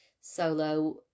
solo